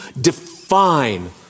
define